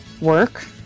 Work